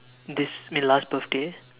this my last birthday